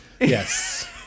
yes